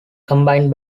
combined